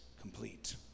complete